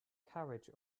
carriage